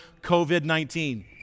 COVID-19